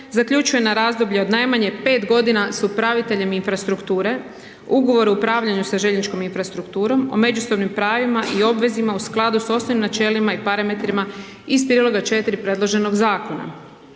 zaključuje na razdoblje od najmanje 5 godina s upraviteljem infrastrukture ugovor o upravljanju sa željezničkom infrastrukturom o međusobnim pravila i obvezama u skladu s osnovnim načelima i parametrima iz priloga 4. predloženog zakona.